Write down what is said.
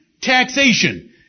Taxation